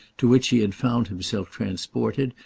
to which he had found himself transported,